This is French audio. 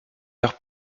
leurs